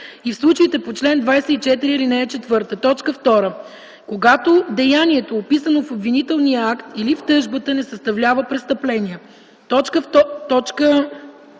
и в случаите по чл. 24, ал. 4; 2. когато деянието, описано в обвинителния акт или в тъжбата, не съставлява престъпление.”